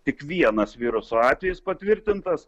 tik vienas viruso atvejis patvirtintas